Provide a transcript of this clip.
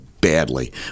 badly